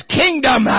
kingdom